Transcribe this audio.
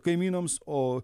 kaimynams o